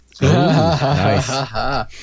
Nice